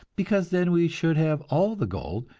because then we should have all the gold,